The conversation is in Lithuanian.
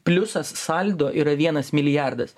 pliusas saldo yra vienas milijardas